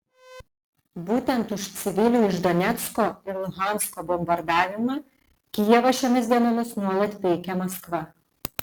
būtent už civilių iš donecko ir luhansko bombardavimą kijevą šiomis dienomis nuolat peikia maskva